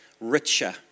richer